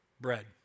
bread